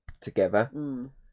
together